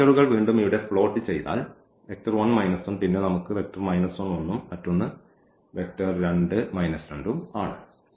ഈ വെക്ടറുകൾ വീണ്ടും ഇവിടെ പ്ലോട്ട് ചെയ്താൽ 1 1 പിന്നെ നമുക്ക് 1 1ഉം മറ്റൊന്ന് 2 2 ഉം ആണ്